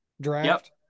draft